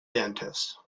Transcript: dentist